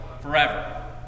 forever